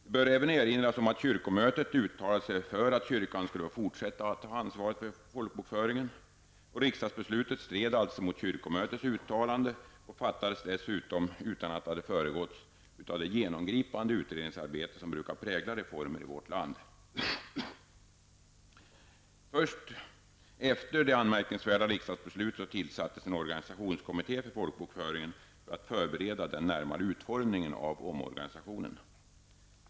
Det bör även erinras att kyrkomötet uttalat sig för att kyrkan skulle få fortsätta att ha ansvaret för folkbokföringen. Riksdagsbeslutet stred alltså mot kyrkomötets uttalande och fattades dessutom utan att det föregåtts av det genomgripande utredningsarbete som brukar prägla reformer i vårt land. Först efter det anmärkningsvärda riksdagsbeslutet tillsattes en organisationskommitté för folkbokföringen för att förbereda den närmare utformningen av omorganisationen.